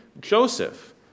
Joseph